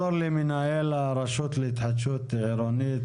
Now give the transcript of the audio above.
נחזור למנהל הרשות להתחדשות עירונית,